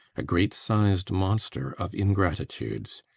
a great-siz'd monster of ingratitudes.